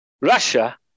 Russia